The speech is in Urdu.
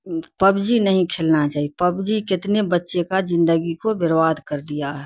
پبجی نہیں کھیلنا چاہیے پبجی کتنے بچے کا زندگی کو برباد کر دیا ہے